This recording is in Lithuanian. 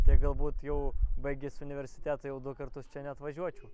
tai galbūt jau baigęs universitetą jau du kartus čia neatvažiuočiau